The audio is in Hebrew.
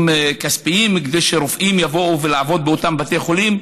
כספיים כדי שרופאים יבואו לעבוד באותם בתי חולים,